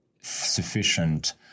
sufficient